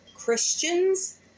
Christians